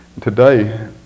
today